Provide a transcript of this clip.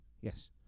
yes